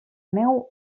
neu